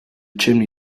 chimney